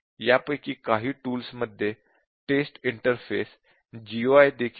यापैकी काही टूल्स मध्ये टेस्ट इंटरफेस GUI देखील नाही